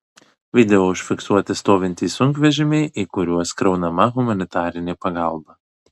video užfiksuoti stovintys sunkvežimiai į kuriuos kraunama humanitarinė pagalba